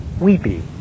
weepy